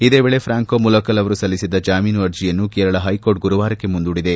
ಇದೇ ವೇಳೆ ಫ್ರಾಂಕೋ ಮುಲಕ್ಕಲ್ ಅವರು ಸಲ್ಲಿಸಿದ್ದ ಜಾಮೀನು ಅರ್ಜೆಯನ್ನು ಕೇರಳ ಹೈಕೋರ್ಟ್ ಗುರುವಾರಕ್ಕೆ ಮುಂದೂಡಿದೆ